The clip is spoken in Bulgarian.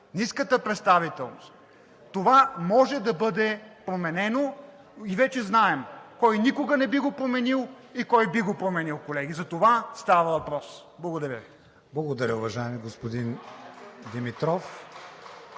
искате представителност. Това може да бъде променено и вече знаем кой никога не би го променил и кой би го променил, колеги. За това става въпрос! Благодаря Ви. (Частични ръкопляскания от